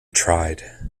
tried